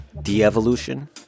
de-evolution